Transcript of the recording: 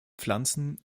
pflanzen